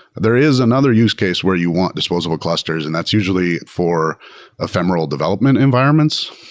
there is another use case where you want disposable clusters, and that's usually for ephemeral development environments.